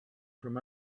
from